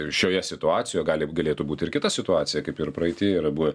šioje situacijoj gali galėtų būt ir kita situacija kaip ir praeity yra buvę